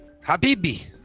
Habibi